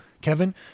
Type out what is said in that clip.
Kevin